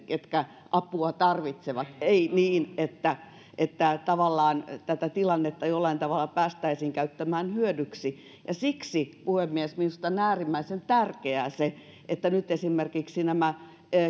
ketkä apua tarvitsevat ei niin että että tavallaan tätä tilannetta jollain tavalla päästäisiin käyttämään hyödyksi siksi puhemies minusta on äärimmäisen tärkeää että nyt esimerkiksi nämä